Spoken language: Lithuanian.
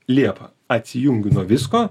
liepą atsijungiu nuo visko